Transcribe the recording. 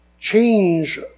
Change